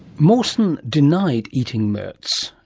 mawson denied eating mertz,